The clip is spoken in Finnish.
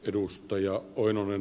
arvoisa puhemies